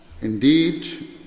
Indeed